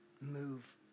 move